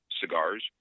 cigars